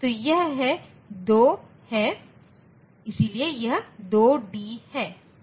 तो यह 2 है इसलिए यह 2 D है